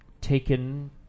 taken